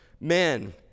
men